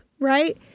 Right